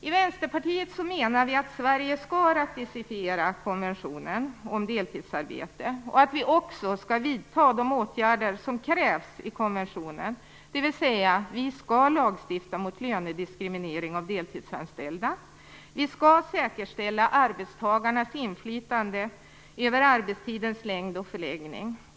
I Vänsterpartiet menar vi att Sverige skall ratificera konventionen om deltidsarbete och också vidta de åtgärder som krävs i konventionen. Vi skall lagstifta mot lönediskriminering av deltidsanställda. Vi skall säkerställa arbetstagarnas inflytande över arbetstidens längd och förläggning.